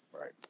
right